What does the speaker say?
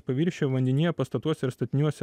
paviršiuje vandenyje pastatuose ir statiniuose